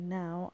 now